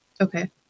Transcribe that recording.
okay